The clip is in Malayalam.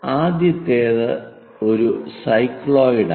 ആദ്യത്തേത് ഒരു സൈക്ലോയിഡാണ്